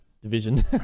Division